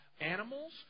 animals